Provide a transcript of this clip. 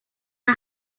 the